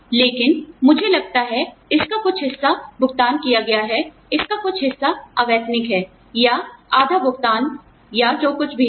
लेकिन मुझे लगता है इसका कुछ हिस्सा भुगतान किया गया है इसका कुछ हिस्सा अवैतनिक है या आधा भुगतान या जो कुछ भी है